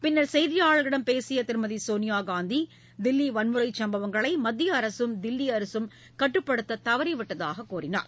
பின்னர் செய்தியாளர்களிடம் பேசிய திருமதி சோனியா காந்தி தில்லி வன்முறை சம்பவங்களை மத்திய அரசும் தில்லி அரசும் கட்டுப்படுத்த தவறிவிட்டதாக கூறினார்